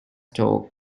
talk